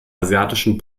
asiatischen